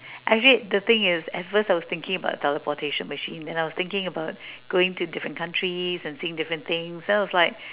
actually the thing is at first I was thinking about teleportation machine then I was thinking about going to different countries and seeing different things so I was like